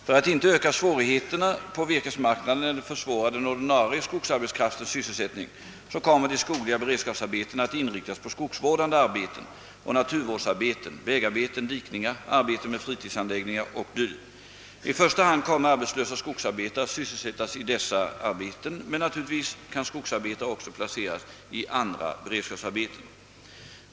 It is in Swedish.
För att inte öka svårigheterna på virkesmarknaden eller försvåra den ordinarie skogsarbetskraftens sysselsättning kommer de skogliga beredskapsarbetena att inriktas på skogsvårdande arbeten och naturvårdsarbeten, vägarbeten, dikningar, arbeten med fritidsanläggningar o.d. I första hand kommer arbetslösa skogsarbetare att sysselsättas i dessa arbeten, men naturligtvis kan skogsarbetare också placeras i andra beredskapsarbeten.